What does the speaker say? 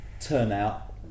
turnout